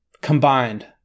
combined